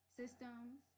systems